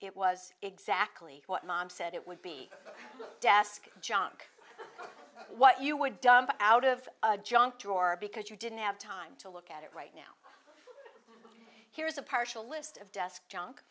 it was exactly what mom said it would be desk junk what you would dump out of a junk drawer because you didn't have time to look at it right now here's a partial list of desk junk